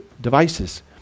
devices